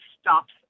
stops